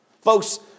Folks